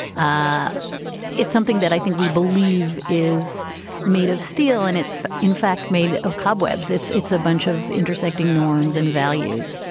ah it's something that i think we believe is made of steel and it's in fact, made of cobwebs. it's it's a bunch of intersecting norms and values.